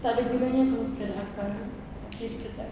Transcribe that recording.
tak ada gunanya kalau kita ada akal okay kita tak